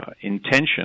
intention